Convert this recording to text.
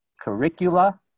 curricula